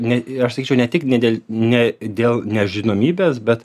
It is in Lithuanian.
ne aš sakyčiau ne tik ne dėl ne dėl nežinomybės bet